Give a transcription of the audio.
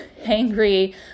angry